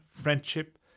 friendship